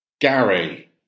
Gary